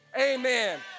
amen